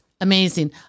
amazing